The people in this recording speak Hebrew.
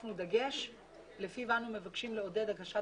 הוספנו דגש לפיו אנו מבקשים לעודד הגשת